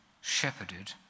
shepherded